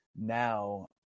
now